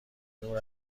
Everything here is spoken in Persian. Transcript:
نور